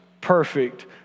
perfect